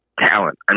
talent